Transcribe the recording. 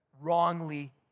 wrongly